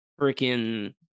freaking